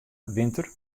winter